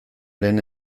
lehen